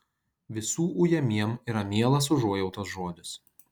visų ujamiem yra mielas užuojautos žodis